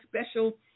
special